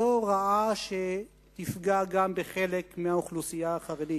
זו רעה שתפגע גם בחלק מהאוכלוסייה החרדית.